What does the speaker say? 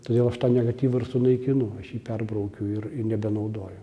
todėl aš tą negatyvą ir sunaikinu aš jį perbraukiu ir nebenaudoju